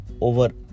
over